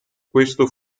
questo